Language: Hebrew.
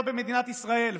לא במדינת ישראל.